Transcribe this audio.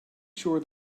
sure